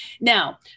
Now